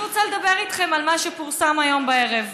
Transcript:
אני רוצה לדבר איתכם על מה שפורסם היום בערב.